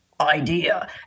idea